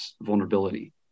vulnerability